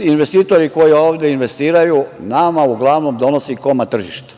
investitori koji ovde investiraju nama uglavnom donose komad tržišta.